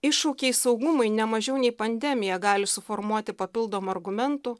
iššūkiai saugumui nemažiau nei pandemija gali suformuoti papildomų argumentų